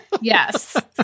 Yes